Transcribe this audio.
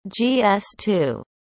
GS2